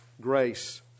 grace